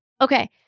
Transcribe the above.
Okay